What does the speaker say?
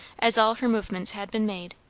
as all her movements had been made,